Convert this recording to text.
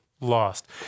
lost